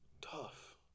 tough